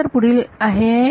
त्यानंतर पुढील आहे